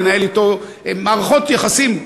לנהל אתו מערכות יחסים,